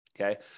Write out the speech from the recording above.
Okay